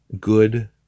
Good